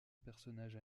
personnage